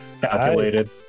Calculated